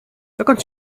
dokąd